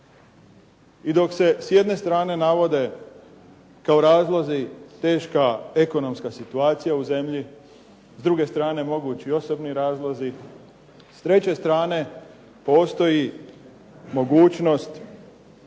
I dok se s jedne strane navode kao razlozi teška ekonomska situacija u zemlji, s druge strane mogući osobni razlozi, s treće strane postoji mogućnost